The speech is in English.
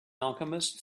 alchemist